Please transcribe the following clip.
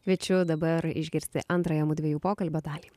kviečiu dabar išgirsti antrąją mudviejų pokalbio dalį